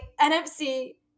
NFC